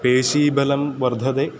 पेशीबलं वर्धते